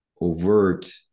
overt